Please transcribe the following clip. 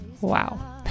Wow